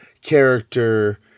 character